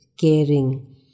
caring